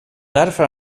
därför